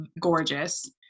gorgeous